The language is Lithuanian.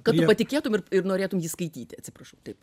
kad tu patikėtum ir ir norėtum jį skaityti atsiprašau taip